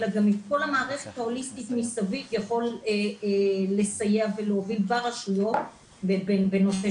אלא כל המערכת ההוליסטית מסביב יכול לסייע ולהוביל ברשויות בנושא